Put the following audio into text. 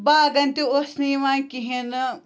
باغَن تہِ اوس نہٕ یِوان کِہیٖنۍ نہٕ